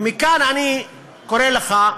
ומכאן אני קורא לך,